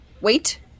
Wait